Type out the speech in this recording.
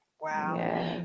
Wow